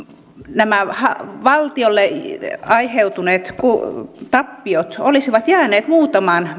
nämä valtiolle aiheutuneet tappiot olisivat jääneet muutamaan